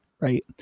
Right